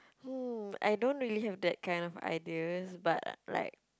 hmm I don't really have that kind of ideas but like